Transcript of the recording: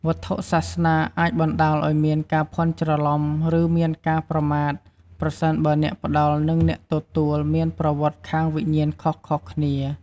វត្ថុសាសនាអាចបណ្តាលឱ្យមានការភ័ន្តច្រឡំ ឬមានការប្រមាថ ប្រសិនបើអ្នកផ្តល់ និងអ្នកទទួលមានប្រវត្តិខាងវិញ្ញាណខុសៗគ្នា។